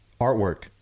artwork